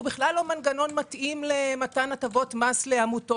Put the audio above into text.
בכלל לא מתאים למתן הטבות מס לעמותות.